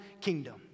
kingdom